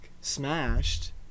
smashed